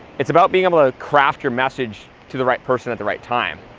it's about being able to craft your message to the right person at the right time,